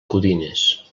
codines